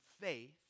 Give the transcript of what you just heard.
faith